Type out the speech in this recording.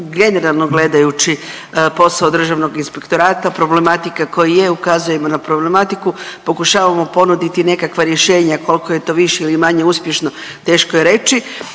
generalno gledajući posao Državnog inspektorata, problematika koja je. Ukazujemo na problematiku, pokušavamo ponuditi nekakva rješenja koliko je to više ili manje uspješno teško je reći,